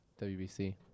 WBC